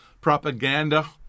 propaganda